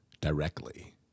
directly